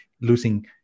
losing